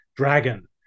dragon